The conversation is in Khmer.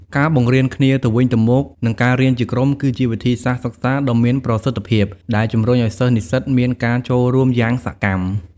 ការបង្រៀនគ្នាទៅវិញទៅមក និងការរៀនជាក្រុម គឺជាវិធីសាស្ត្រសិក្សាដ៏មានប្រសិទ្ធភាព ដែលជំរុញឲ្យសិស្សនិស្សិតមានការចូលរួមយ៉ាងសកម្ម។